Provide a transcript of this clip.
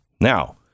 Now